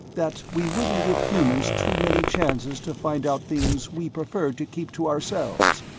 that we wouldn't give humans too many chances to find out things we preferred to keep to ourselves.